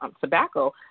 tobacco